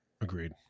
Agreed